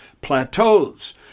plateaus